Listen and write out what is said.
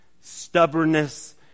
stubbornness